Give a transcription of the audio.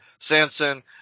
Sanson